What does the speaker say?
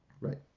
Right